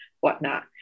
whatnot